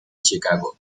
chicago